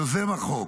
יוזם החוק,